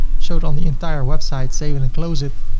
show it on the entire website, save and close it.